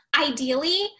ideally